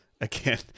again